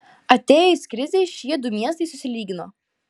atėjus krizei šie du miestai susilygino